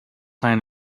plan